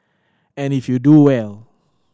and if you do well